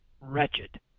wretched